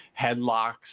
headlocks